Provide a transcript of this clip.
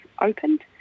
opened